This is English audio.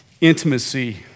intimacy